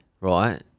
right